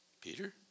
Peter